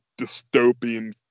dystopian